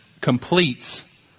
Completes